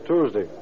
Tuesday